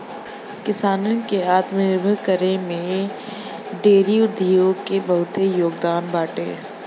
किसानन के आत्मनिर्भर करे में डेयरी उद्योग के बहुते योगदान बाटे